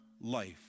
life